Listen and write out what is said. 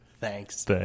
Thanks